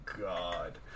god